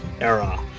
era